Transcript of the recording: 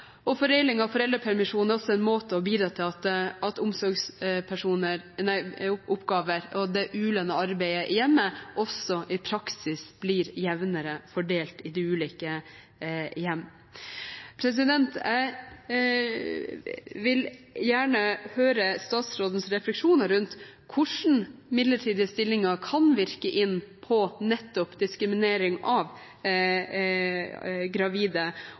foreldrepermisjonen er også en måte for å bidra til at omsorgsoppgaver og det ulønnede arbeidet i hjemmet i praksis blir jevnere fordelt i de ulike hjem. Jeg vil gjerne høre statsrådens refleksjoner rundt hvordan midlertidige stillinger kan virke inn på nettopp diskriminering av gravide,